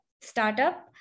startup